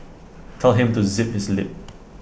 tell him to zip his lip